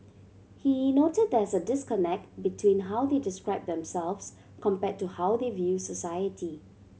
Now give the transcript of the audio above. he noted that there is a disconnect between how they describe themselves compared to how they view society